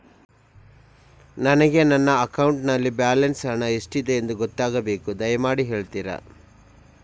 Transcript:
ನನಗೆ ನನ್ನ ಅಕೌಂಟಲ್ಲಿ ಬ್ಯಾಲೆನ್ಸ್ ಹಣ ಎಷ್ಟಿದೆ ಎಂದು ಗೊತ್ತಾಗಬೇಕು, ದಯಮಾಡಿ ಹೇಳ್ತಿರಾ?